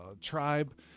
tribe